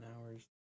hours